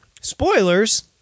Spoilers